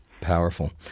Powerful